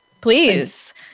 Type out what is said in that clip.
Please